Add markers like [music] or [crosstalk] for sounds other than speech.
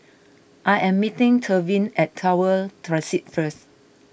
I am meeting Tevin at Tower [unintelligible] first